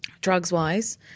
drugs-wise